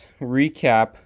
recap